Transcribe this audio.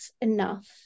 enough